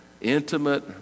intimate